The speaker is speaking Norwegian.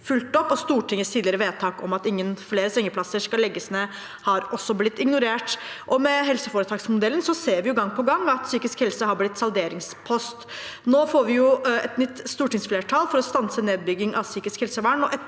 Stortingets tidligere vedtak om at ingen flere sengeplasser skal legges ned, har også blitt ignorert. Med helseforetaksmodellen ser vi gang på gang at psykisk helse har blitt en salderingspost. Nå får vi et nytt stortingsflertall for å stanse nedbygging av psykisk helsevern,